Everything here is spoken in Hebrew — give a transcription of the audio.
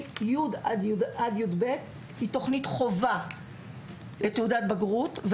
י' עד י"ב היא תוכנית חובה לתעודת הבגרות,